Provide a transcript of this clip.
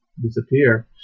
disappear